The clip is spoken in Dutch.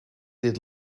dit